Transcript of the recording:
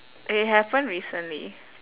it happen recently